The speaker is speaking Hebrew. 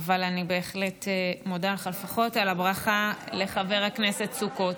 אבל אני בהחלט מודה לך לפחות על הברכה לחבר הכנסת סוכות.